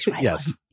Yes